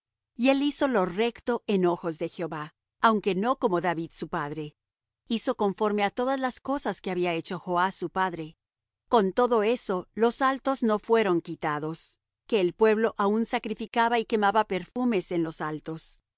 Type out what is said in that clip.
y él hizo lo recto en ojos de jehová aunque no como david su padre hizo conforme á todas las cosas que había hecho joas su padre con todo eso los altos no fueron quitados que el pueblo aun sacrificaba y quemaba perfumes en los altos